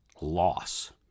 loss